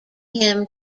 him